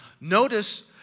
notice